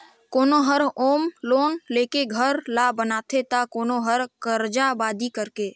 कोनो हर home loan लेके घर ल बनाथे त कोनो हर करजा बादी करके